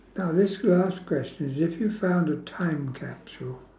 now this last question is if you found a time capsule